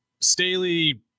staley